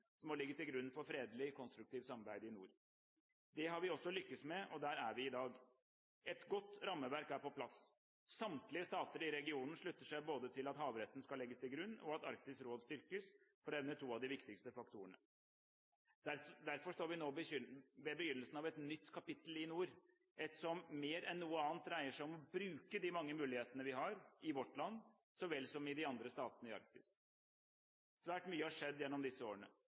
som må ligge til grunn for et fredelig, konstruktivt samarbeid i nord. Det har vi også lyktes med, og der er vi i dag. Et godt rammeverk er på plass. Samtlige stater i regionen slutter seg både til at havretten skal legges til grunn, og til at Arktisk råd styrkes – for å nevne to av de viktigste faktorene. Derfor står vi nå ved begynnelsen av et nytt kapittel i nord, et kapittel som mer enn noe annet dreier seg om å bruke de mange mulighetene vi har – i vårt land så vel som i de andre statene i Arktis. Svært mye har skjedd gjennom disse årene: